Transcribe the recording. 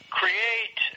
create